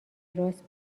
راست